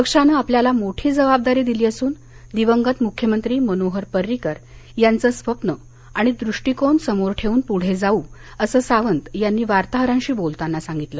पक्षानं आपल्याला मोठी जबाबदारी दिली असून दिवंगत मुख्यमंत्री मनोहर पर्रीकर यांचं स्वप्न आणि दृष्टीकोन समोर ठेऊन पुढे जाऊ असं सावंत यांनी वार्ताहरांशी बोलताना सांगितलं